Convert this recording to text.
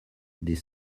des